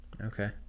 Okay